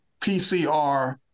PCR